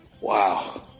Wow